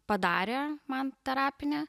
padarė man terapinę